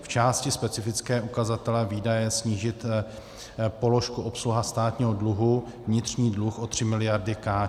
V části specifické ukazatele výdaje snížit položku obsluha státního dluhu vnitřní dluh o 3 mld. korun.